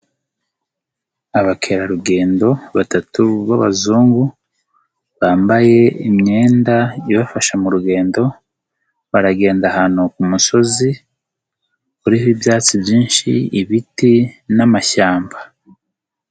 Abakerarugendo batatu b'abazungu, bambaye imyenda ibafasha mu rugendo, baragenda ahantu ku musozi , uriho ibyatsi byinshi, ibiti n'amashyamba.